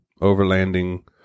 overlanding